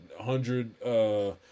hundred